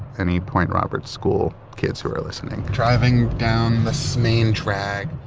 any point roberts school kids who are listening driving down this main drag.